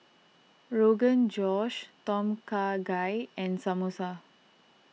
Rogan Josh Tom Kha Gai and Samosa